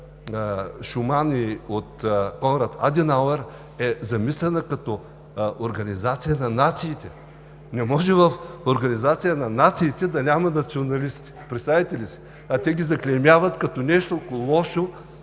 Шуман и Конрад Аденауер, е замислена като организация на нациите. Не може в организация на нациите да няма националисти. Представяте ли си?! А те ги заклеймяват като нещо лошо.